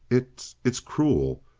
it's it's cruel.